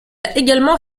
également